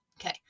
okay